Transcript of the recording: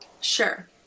sure